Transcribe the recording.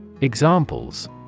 Examples